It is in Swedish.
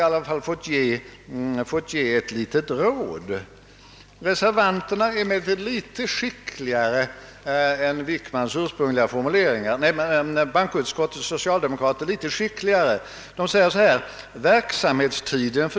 Genom att höjningen av nationalinkomsten blivit mindre än vad som eljest skulle ha varit möjligt har dessutom stat och kommun fått lägre skatteinkomster.